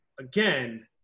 again